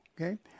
Okay